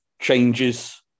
changes